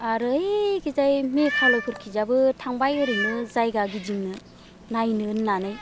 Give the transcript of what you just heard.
आरो ओइखिजाय मेघालयफोरथिंजायबो थांबाय ओरैनो जायगा गिदिंनो नायनो होननानै